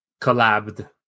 collabed